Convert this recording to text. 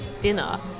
dinner